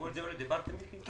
בכל הדיון הזה לא דיברתם, מיקי?